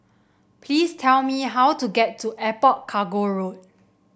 please tell me how to get to Airport Cargo Road